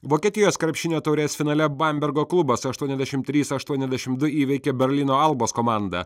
vokietijos krepšinio taurės finale bambergo klubas aštuoniasdešimt trys aštuoniasdešimt du įveikė berlyno albos komandą